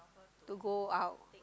to go out